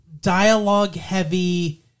dialogue-heavy